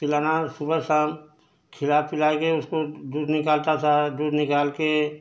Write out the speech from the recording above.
पिलाना सुबह शाम खिला पिला कर उसको दूध निकालता था दूध निकाल कर